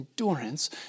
endurance